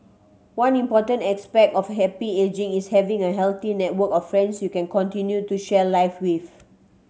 one important aspect of happy ageing is having a healthy network of friends you can continue to share life with